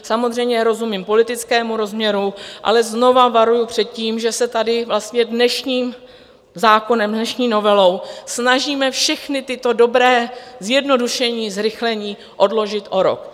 Samozřejmě rozumím politickému rozměru, ale znovu varuji před tím, že se tady vlastně dnešním zákonem, dnešní novelou snažíme všechna tato dobrá zjednodušení, zrychlení odložit o rok.